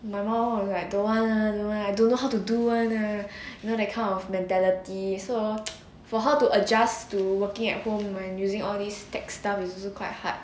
my mom was like don't want lah no lah don't know how to do [one] lah you know that kind of mentality so for her to adjust to working at home when using tech stuff is also quite hard